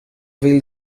vill